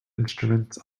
instruments